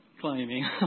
climbing